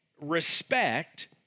respect